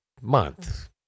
month